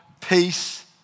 peace